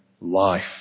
life